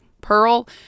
Pearl